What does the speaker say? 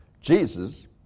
Jesus